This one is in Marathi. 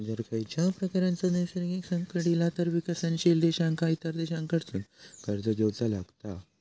जर खंयच्याव प्रकारचा नैसर्गिक संकट इला तर विकसनशील देशांका इतर देशांकडसून कर्ज घेवचा लागता